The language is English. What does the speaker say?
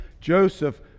Joseph